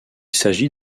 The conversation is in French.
s’agit